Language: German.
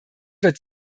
wird